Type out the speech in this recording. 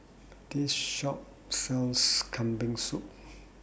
This Shop sells Kambing Soup